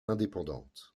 indépendante